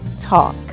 Talk